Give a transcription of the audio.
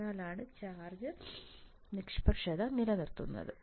അതിനാലാണ് ചാർജ് നിഷ്പക്ഷത നിലനിർത്തുന്നത്